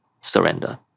surrender